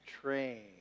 train